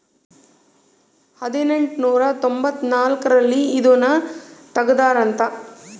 ಹದಿನೆಂಟನೂರ ತೊಂಭತ್ತ ನಾಲ್ಕ್ ರಲ್ಲಿ ಇದುನ ತೆಗ್ದಾರ ಅಂತ